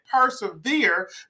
persevere